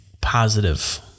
positive